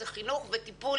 זה חינוך וטיפול